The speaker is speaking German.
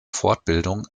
fortbildung